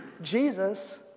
Jesus